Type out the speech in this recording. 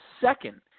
second